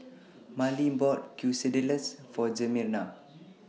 Marlin bought Quesadillas For Jimena